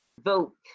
Vote